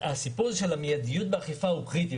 הסיפור הזה של מיידיות באכיפה הוא קריטי,